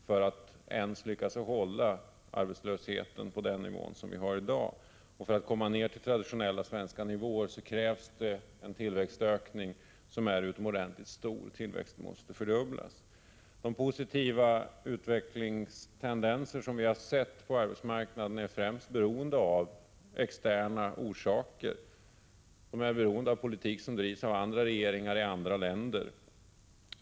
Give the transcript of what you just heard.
För att vi skall komma ned till den traditionella svenska nivån krävs en tillväxtökning som är utomordentligt stor — tillväxten måste fördubblas. De positiva utvecklingstendenser som vi har sett på arbetsmarknaden har främst externa orsaker. De är beroende av politik som drivs av andra regeringar i andra länder.